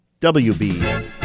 WB